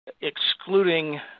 excluding